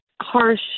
harsh